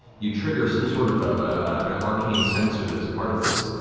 you trigger some sort of ah arcane sensor that is part of this